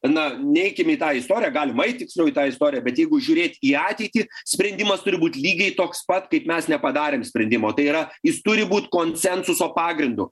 na neikim į tą istoriją galim eit tiksliau į tą istoriją bet jeigu žiūrėt į ateitį sprendimas turi būt lygiai toks pat kaip mes nepadarėm sprendimo tai yra jis turi būt konsensuso pagrindu